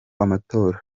amatora